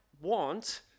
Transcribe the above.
want